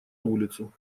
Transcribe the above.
улицу